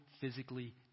physically